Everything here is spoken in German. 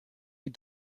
die